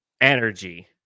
energy